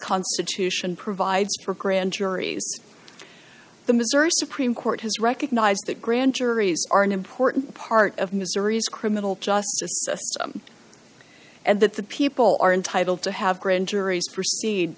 constitution provides for grand juries the missouri supreme court has recognized that grand juries are an important part of missouri's criminal justice system and that the people are entitled to have grand juries proceed